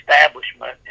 establishment